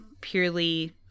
purely